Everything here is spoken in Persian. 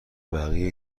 بقیه